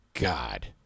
God